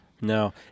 no